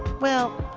well,